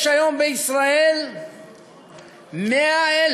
יש היום בישראל 100,000